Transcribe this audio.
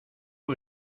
que